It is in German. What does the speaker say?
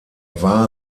war